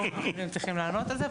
גורמים אחרים צריכים לענות על זה,